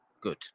good